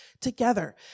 together